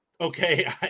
okay